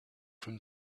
from